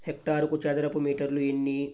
హెక్టారుకు చదరపు మీటర్లు ఎన్ని?